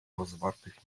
rozwartych